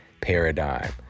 paradigm